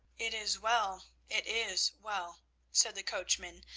it is well, it is well said the coachman,